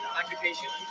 occupation